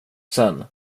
sen